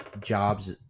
jobs